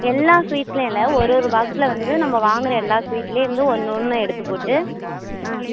எல்லாம் ஸ்வீட்ஸ்லேயும் இல்லை ஒவ்வொரு பாக்ஸில் வந்து நம்ம வாங்கிற எல்லா ஸ்வீட்லேருந்தும் ஒன்று ஒன்று எடுத்துப்போட்டு ஆ